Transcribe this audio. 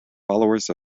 followers